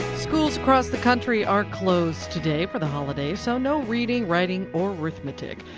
schools across the country are closed today for the holiday. so no reading, writing or arithmetic.